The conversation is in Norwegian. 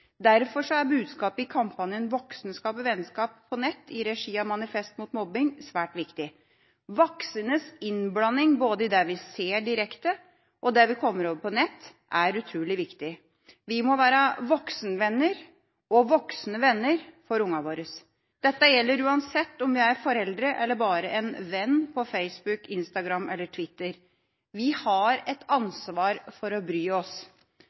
Derfor er budskapet i kampanjen «Voksne skaper vennskap – på nett», i regi av Manifest mot mobbing, svært viktig. Voksnes innblanding både i det vi ser direkte, og i det vi kommer over på nettet, er utrolig viktig. Vi må være voksenvenner og voksne venner for ungene våre. Dette gjelder uansett om jeg er forelder eller bare en venn på Facebook, Instagram eller Twitter. Vi har et ansvar for å bry oss.